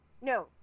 No